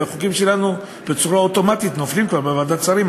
והחוקים שלנו נופלים אוטומטית בוועדת השרים,